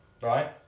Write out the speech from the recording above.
right